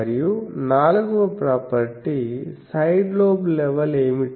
మరియు 4 వ property side lobe level ఏమిటి